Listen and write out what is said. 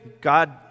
God